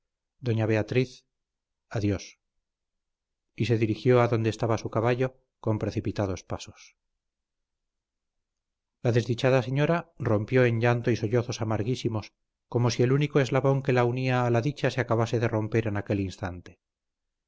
doña beatriz adiós y se dirigió a donde estaba su caballo con precipitados pasos la desdichada señora rompió en llanto y sollozos amarguísimos como si el único eslabón que la unía a la dicha se acabase de romper en aquel instante